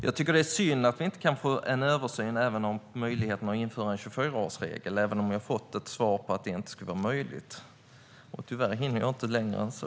Jag tycker att det är synd att vi inte kan få en översyn även av möjligheten att införa en 24-årsregel, även om vi har fått svaret att det inte skulle vara möjligt. Tyvärr hinner jag inte längre än så.